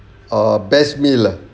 ah best meal ah